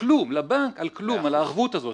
לבנק על כלום, על הערבות הזאת.